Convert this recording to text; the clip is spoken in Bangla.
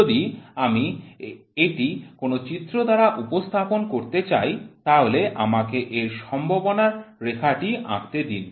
যদি আমি এটি কোন চিত্র দ্বারা উপস্থাপন করতে চাই তাহলে আমাকে এর সম্ভাবনার রেখাটি আঁকতে দিন